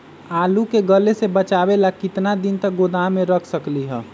आलू के गले से बचाबे ला कितना दिन तक गोदाम में रख सकली ह?